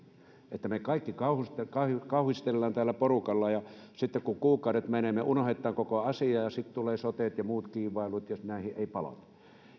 mitään me kaikki kauhistelemme täällä porukalla mutta kun kuukaudet menevät me unohdamme koko asian ja sitten tulevat sotet ja muut kiivailut ja näihin ei